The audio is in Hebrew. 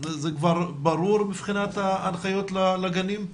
זה ברור מבחינת ההנחיות לגנים?